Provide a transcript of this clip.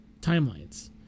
timelines